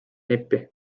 nippi